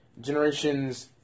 Generations